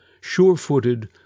sure-footed